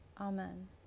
Amen